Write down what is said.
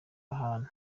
ahantu